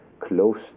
close